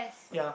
ya